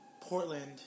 Portland